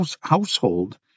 household